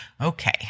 Okay